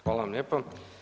Hvala vam lijepo.